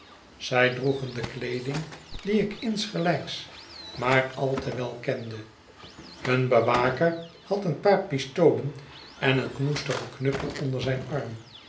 zij droegen de weeding die ik insgelijks maar al te wel kende hun bewaker had een paar pistolen en een knoestigen knuppel onder zijn arm